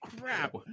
Crap